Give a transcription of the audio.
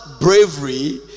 bravery